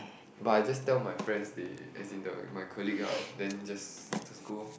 but I just tell my friends they as in the my colleague ah then just just go lor